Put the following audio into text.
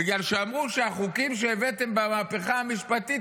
בגלל שאמרו שהחוקים שהבאתם במהפכה המשפטית,